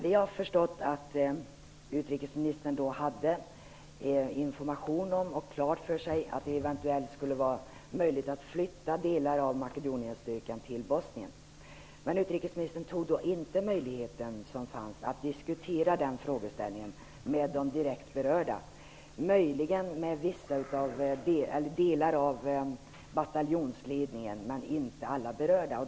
Vi har förstått att utrikesministern då hade klart för sig att det eventuelllt skulle vara möjligt att flytta delar av Makedonienstyrkan till Bosnien. Utrikesministern tog då inte den möjlighet som fanns att diskutera den frågan med de direkt berörda. Det diskuterades möjligen med delar av bataljonsledningen men inte med alla berörda.